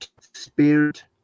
spirit